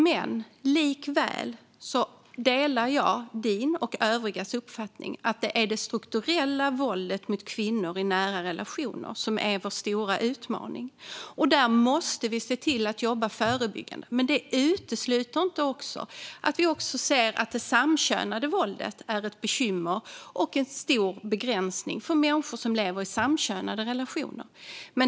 Jag delar Sofia Amlohs och övrigas uppfattning att det strukturella våldet mot kvinnor i nära relationer är vår stora utmaning och att vi här måste jobba förebyggande. Det utesluter inte att vi ser att våld i samkönade relationer är ett bekymmer och en stor begränsning för människor som lever i samkönade relationer.